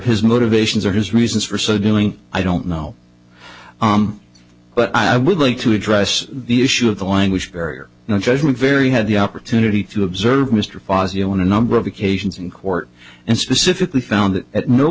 his motivations or his reasons for so doing i don't know but i would like to address the issue of the language barrier and a judgment very had the opportunity to observe mr fazio on a number of occasions in court and specifically found that